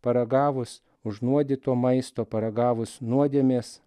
paragavus užnuodyto maisto paragavus nuodėmės